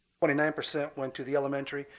twenty nine percent went to the elementary,